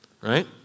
Right